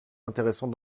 intéressant